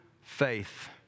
faith